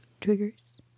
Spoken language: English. triggers